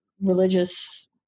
religious